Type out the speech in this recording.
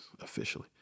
officially